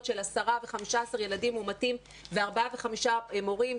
של 10 ו-15 ילדים מאומתים וארבעה וחמישה מורים,